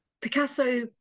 Picasso